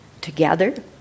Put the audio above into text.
together